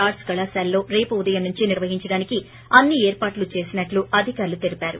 arts కళాశాల లో రేపు ఉదయం నుంచి నిర్వహించటానికి అన్ని ఏర్పాట్లు చేసినట్లు అధికారులు తెలిపారు